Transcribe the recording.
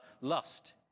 lust